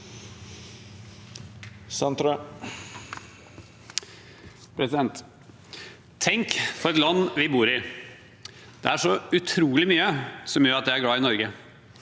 Tenk for et land vi bor i. Det er så utrolig mye som gjør at jeg er glad i Norge.